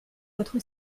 votre